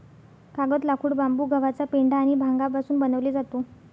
कागद, लाकूड, बांबू, गव्हाचा पेंढा आणि भांगापासून बनवले जातो